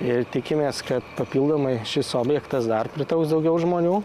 ir tikimės kad papildomai šis objektas dar pritrauks daugiau žmonių